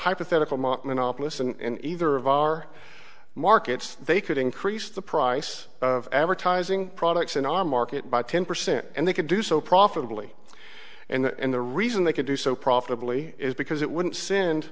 hypothetical monopolist in either of our markets they could increase the price of advertising products in our market by ten percent and they could do so profitably and the reason they could do so profitably is because it wouldn't sind